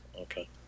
Okay